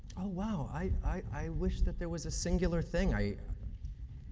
oh, wow, i wish that there was a singular thing, i